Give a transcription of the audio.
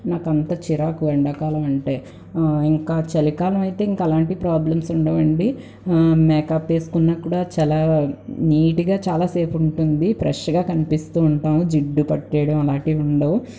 నాకు అంత చిరాకు ఎండాకాలం అంటే ఇంకా చలికాలం అయితే ఇంకా అలాంటి ప్రాబ్లమ్స్ ఉండవండి మేకప్ వేసుకున్న కూడా చాల నీట్గా చాలా సేపు ఉంటుంది ఫ్రెష్గా కనిపిస్తు ఉంటాం జిడ్డు పట్టేయడం అలాంటివి ఉండవు